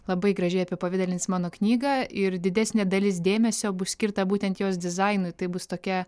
labai gražiai apipavidalins mano knygą ir didesnė dalis dėmesio bus skirta būtent jos dizainui tai bus tokia